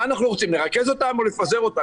מה אנחנו רוצים, לרכז אותם או לפזר אותם?